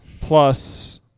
Plus